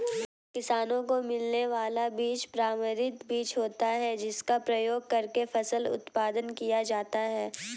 किसानों को मिलने वाला बीज प्रमाणित बीज होता है जिसका प्रयोग करके फसल उत्पादन किया जाता है